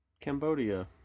Cambodia